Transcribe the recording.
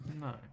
No